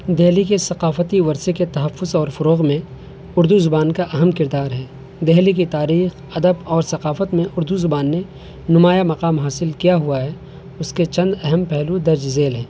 دہلی کے ثقافتی ورثے کے تحفظ اور فروغ میں اردو زبان کا اہم کردار ہے دہلی کی تاریخ ادب اور ثقافت میں اردو زبان نے نمایاں مقام حاصل کیا ہوا ہے اس کے چند اہم پہلو درج ذیل ہیں